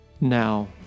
now